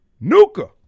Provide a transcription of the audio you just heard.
Nuka